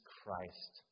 Christ